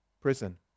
prison